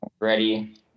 ready